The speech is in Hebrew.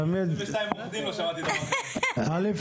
שרן, הייתי